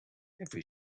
every